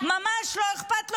ממש לא אכפת לו.